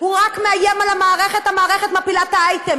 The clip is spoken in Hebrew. הוא רק מאיים על המערכת, והמערכת מפילה את האייטם.